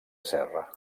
serra